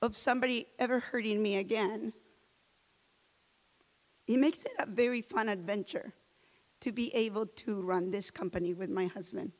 of somebody ever heard in me again it makes it very fun adventure to be able to run this company with my husband